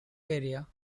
area